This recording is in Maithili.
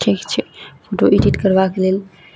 ठीक छै फोटो एडिट करबाक लेल